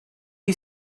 who